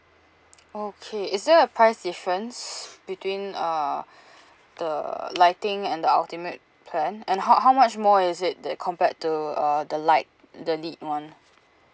okay is there a price difference between uh the lightning and the ultimate plan and how how much more is it compared to uh the lite the lit one